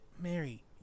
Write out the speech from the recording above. Mary